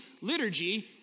liturgy